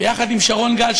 ביחד עם שרון גל,